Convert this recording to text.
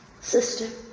Sister